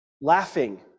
laughing